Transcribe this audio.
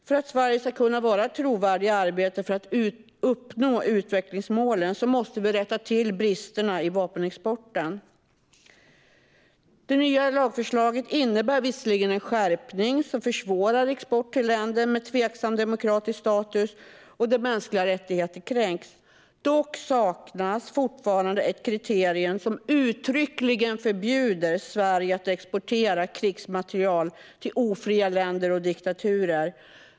För att Sverige ska kunna vara trovärdigt i arbetet för att uppnå utvecklingsmålen måste vi rätta till bristerna i vapenexporten. Det nya lagförslaget innebär visserligen en skärpning som försvårar export till länder med tveksam demokratisk status eller där mänskliga rättigheter kränks. Dock saknas fortfarande ett kriterium som uttryckligen förbjuder Sverige att exportera krigsmateriel till ofria länder och diktaturer.